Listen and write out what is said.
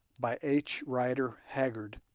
by h. rider haggard